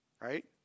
right